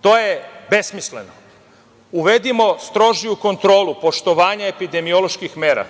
To je besmisleno. Uvedimo strožiju kontrolu poštovanja epidemioloških mera